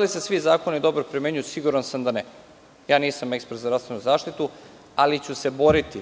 li se svi zakoni dobro primenjuju? Siguran sam da ne. Ja nisam ekspert za zdravstvenu zaštitu, ali ću se boriti